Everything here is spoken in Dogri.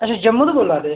अच्छा जम्मू तों बोल्लै दे